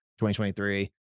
2023